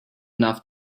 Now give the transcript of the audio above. enough